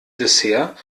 dessert